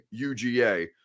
UGA